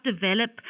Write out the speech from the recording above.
develop